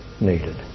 needed